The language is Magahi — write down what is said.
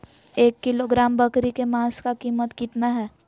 एक किलोग्राम बकरी के मांस का कीमत कितना है?